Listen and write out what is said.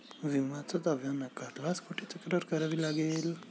विम्याचा दावा नाकारल्यास कुठे तक्रार करावी लागेल?